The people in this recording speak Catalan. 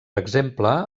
exemple